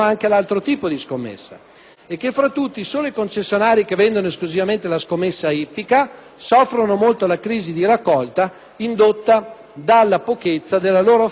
e che, fra tutti, solo i concessionari che vendono esclusivamente la scommessa ippica soffrono molto la crisi di raccolta indotta dalla pochezza della loro offerta ai giocatori.